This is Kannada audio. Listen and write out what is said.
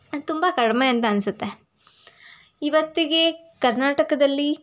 ಅದು ತುಂಬ ಕಡಿಮೆ ಅಂತ ಅನ್ನಿಸುತ್ತೆ ಇವತ್ತಿಗೆ ಕರ್ನಾಟಕದಲ್ಲಿ